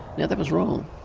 now that was wrong.